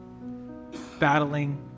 battling